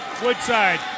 Woodside